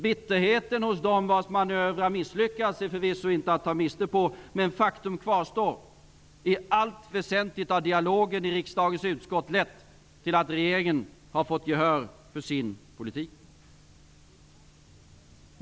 Bitterheten hos dem vars manöver har misslyckats är förvisso inte att ta miste på. Men faktum kvarstår; i allt väsentligt har dialogen i riksdagens utskott lett till att regeringen har fått gehör för sin politik.